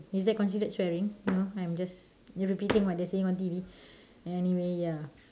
is that considered swearing no I'm just repeating what they are saying on T_V anyway ya